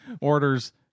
orders